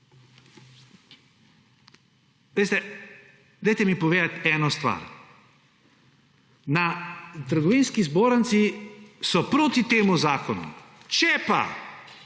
Dajte mi povedati eno stvar. Na Trgovinski zbornici so proti temu zakonu, če